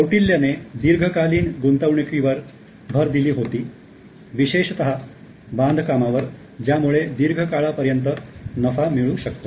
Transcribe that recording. कौटिल्य ने दीर्घकालीन गुंतवणुकीवर भर दिली होती विशेषतः बांधकामावर ज्यामुळे दीर्घ काळापर्यंत नफा मिळू शकतो